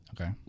okay